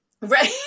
Right